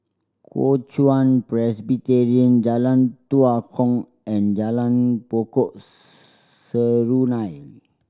Kuo Chuan Presbyterian Jalan Tua Kong and Jalan Pokok Serunai